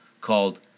called